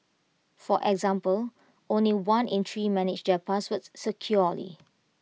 for example only one in three manage their passwords securely